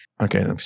okay